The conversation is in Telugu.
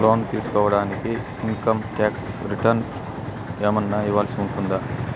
లోను తీసుకోడానికి ఇన్ కమ్ టాక్స్ రిటర్న్స్ ఏమన్నా ఇవ్వాల్సి ఉంటుందా